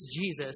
Jesus